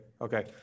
Okay